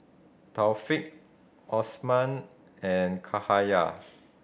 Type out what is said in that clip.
Thaqif Osman and Cahaya